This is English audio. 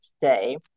today